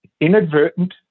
inadvertent